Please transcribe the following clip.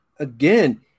Again